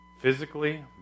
Physically